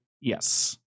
yes